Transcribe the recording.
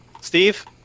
Steve